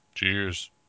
Cheers